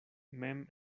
mem